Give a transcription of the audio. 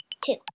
two